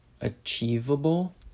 achievable